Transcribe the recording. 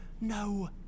no